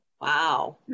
wow